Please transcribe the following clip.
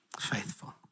Faithful